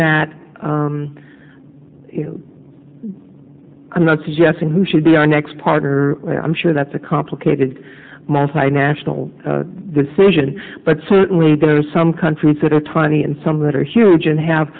that i'm not suggesting who should be our next partner i'm sure that's a complicated multinational decision but certainly there are some countries that are tiny and some that are huge and have